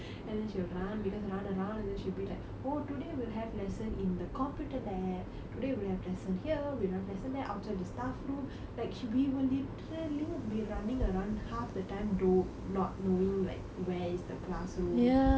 and then she will run make us run around and then she'll be like oh today we'll have lesson in the computer lab today we'll have lesson here we will have lesson there outside the staff room like she we will literally be running around half the time do not knowing like where is the classroom